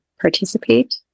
participate